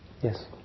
Yes